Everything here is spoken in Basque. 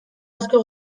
asko